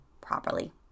properly